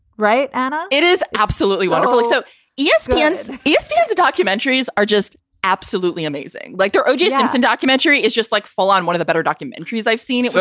right, anna? it is absolutely wonderful. like so yeah espn, and yeah espn, yeah two documentaries are just absolutely amazing. like the o j. simpson documentary is just like full on one of the better documentaries i've seen it.